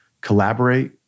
collaborate